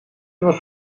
was